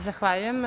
Zahvaljujem.